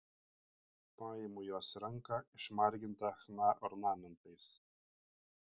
paimu jos ranką išmargintą chna ornamentais